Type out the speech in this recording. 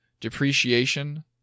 depreciation